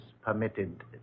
permitted